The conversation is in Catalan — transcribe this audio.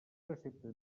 precepte